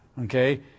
okay